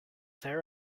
there